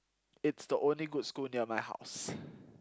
it's the only good school near my house